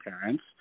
parents